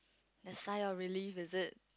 the sign or really visit